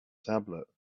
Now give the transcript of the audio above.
tablet